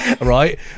right